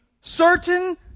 certain